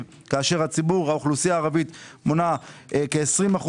כאשר האוכלוסייה הערבית מונה כ-20%,